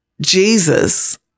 Jesus